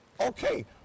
Okay